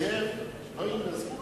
כדי למנוע נזק לשכנים,